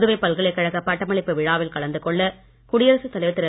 புதுவை பல்கலைக்கழக பட்டமளிப்பு விழாவில் கலந்து கொள்ள குடியரசுத் தலைவர் திரு